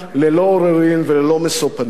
ללא עוררין וללא משוא פנים.